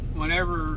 Whenever